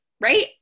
Right